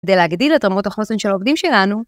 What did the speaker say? כדי להגדיל את רמות החוסן של העובדים שלנו,